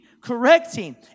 correcting